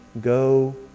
Go